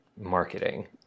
marketing